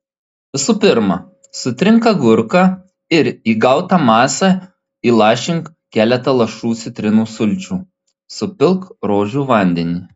visų pirma sutrink agurką ir į gautą masę įlašink keletą lašų citrinų sulčių supilk rožių vandenį